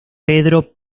pedro